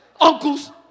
uncles